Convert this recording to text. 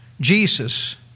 Jesus